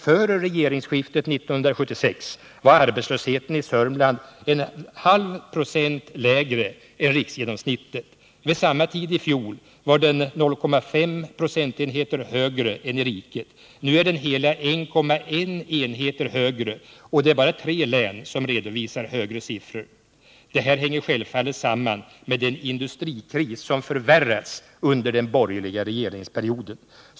| procentenheter lägre än riksgenomsnittet. Vid samma tid i fjol var den 0,5 procentenheter högre än i riket. Nu är den hela 1,1 enheter högre, och det är bara tre län som redovisar högre siffror. Det här hänger självfallet samman med den industrikris som förvärrats under den borgerliga regeringsperioden.